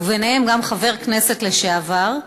וביניהם גם חבר כנסת לשעבר,